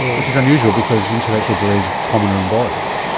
which is unusual because intellectual delay is commoner in boys.